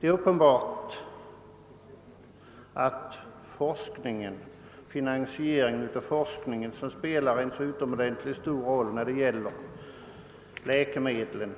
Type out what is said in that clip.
Det är uppenbart att finansieringen av forskningen, som spelar en så utomordentligt stor roll när det gäller läkemedlen,